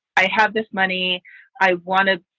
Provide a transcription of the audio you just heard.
i have this money i want. ah